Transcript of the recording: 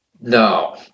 No